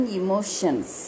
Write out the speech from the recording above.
emotions